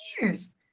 years